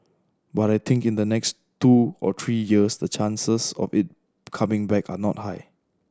but I think in the next two or three years the chances of it coming back are not high